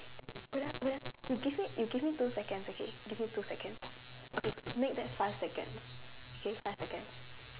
wait ah wait ah you give me you give me two seconds okay give me two seconds okay f~ make that five seconds okay five seconds